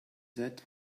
that